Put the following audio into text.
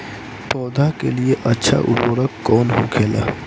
पौधा के लिए अच्छा उर्वरक कउन होखेला?